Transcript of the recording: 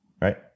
Right